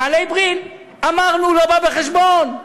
נעלי "בריל" אמרנו: לא בא בחשבון,